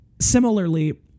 Similarly